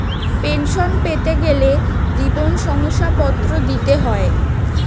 pension পেতে গেলে জীবন শংসাপত্র দিতে হয়